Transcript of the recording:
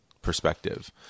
Perspective